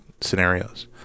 scenarios